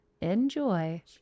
enjoy